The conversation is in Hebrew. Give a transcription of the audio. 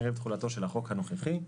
ערב תחולתו של החוק הנוכחי,